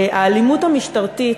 האלימות המשטרתית